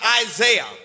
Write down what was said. Isaiah